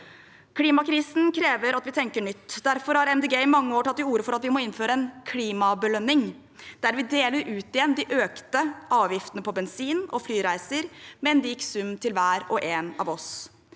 Klimakrisen krever at vi tenker nytt. Derfor har Miljøpartiet De Grønne i mange år tatt til orde for at vi må innføre en klimabelønning, der vi deler ut igjen de økte avgiftene på bensin og flyreiser, med en lik sum til hver og en av oss.